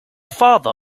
father